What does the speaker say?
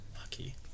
Lucky